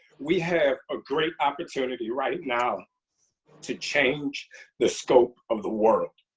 we have a great opportunity right now to change the scope of the world.